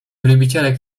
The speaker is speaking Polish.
wielbiciele